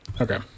Okay